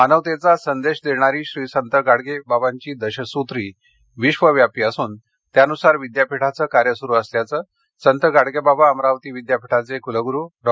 मानवतेचा संदेश देणारी श्री संत गाडगे बाबांची दशसूत्री विश्वव्यापी असून त्यानुसार विद्यापीठाचे कार्य सूरू असल्याचे संत गाडगेबाबा अमरावती विद्यापीठाचे कुलगुरू डॉ